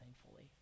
thankfully